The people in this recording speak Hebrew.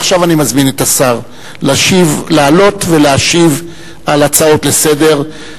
עכשיו אני מזמין את השר לעלות ולהשיב על ההצעות לסדר-היום,